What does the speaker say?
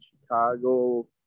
Chicago